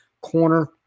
corner